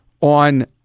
on